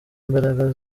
imbaraga